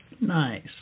Nice